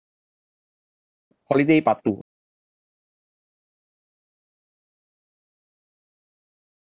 holiday part two